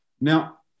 Now